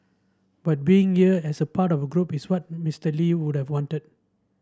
but being here as a part of a group is what Mister Lee would have wanted